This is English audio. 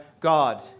God